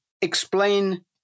explain